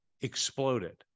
exploded